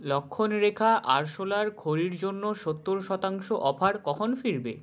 লক্ষণ রেখা আরশোলার খড়ির জন্য সত্তর শতাংশ অফার কখন ফিরবে